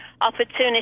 opportunity